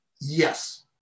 Yes